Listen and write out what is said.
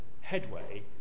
headway